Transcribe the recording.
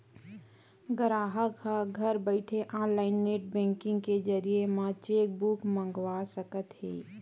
गराहक ह घर बइठे ऑनलाईन नेट बेंकिंग के जरिए म चेकबूक मंगवा सकत हे